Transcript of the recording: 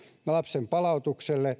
lapsen palautukselle